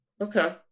Okay